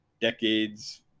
Decades